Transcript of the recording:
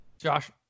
Josh